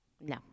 No